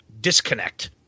disconnect